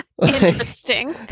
Interesting